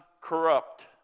corrupt